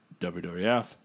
WWF